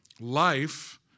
Life